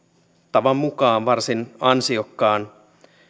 tavan mukaan varsin ansiokkaan